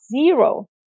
zero